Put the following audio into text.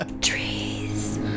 Trees